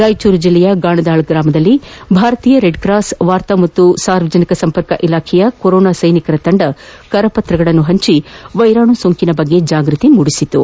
ರಾಯಚೂರು ಜಿಲ್ಲೆಯ ಗಾಣದಾಳ ಗ್ರಾಮದಲ್ಲಿ ಭಾರತೀಯ ರೆಡ್ಕಾಸ್ ವಾರ್ತಾ ಮತ್ತು ಸಾರ್ವಜನಿಕ ಸಂಪರ್ಕ ಇಲಾಖೆಯ ಕೊರೊನಾ ಸ್ಟೆನಿಕರ ತಂಡ ಕರಪತ್ರ ಹಂಚಿ ವೈರಾಣು ಸೋಂಕಿನ ಬಗ್ಗೆ ಜಾಗೃತಿ ಮೂಡಿಸಲಾಯಿತು